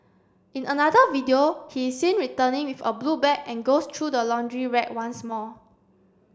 in another video he seen returning with a blue bag and goes through the laundry rack once more